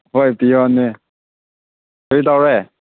ꯍꯣꯏ ꯄꯤꯌꯣꯟꯅꯦ ꯀꯔꯤ ꯇꯧꯔꯦ